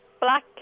Black